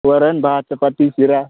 वरण भात चपाती शिरा